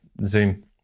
Zoom